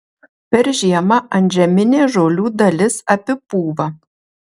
per žiemą antžeminė žolių dalis apipūva